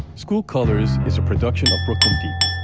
school colors is a production of brooklyn deep,